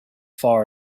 far